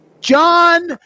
John